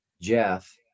Jeff